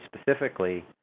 specifically